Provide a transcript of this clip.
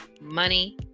money